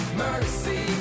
mercy